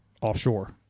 offshore